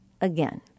Again